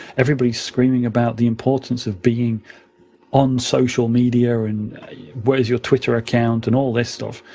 everybody's screaming about the importance of being on social media, or and where's your twitter account, and all this stuff.